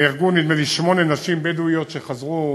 נהרגו, נדמה לי, שמונה נשים בדואיות שחזרו